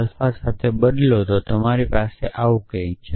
alpha સાથે બદલો તો તમારી પાસે આવું કંઈક છે